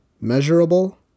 measurable